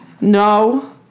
No